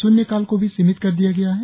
शून्यकाल को भी सीमित कर दिया गया है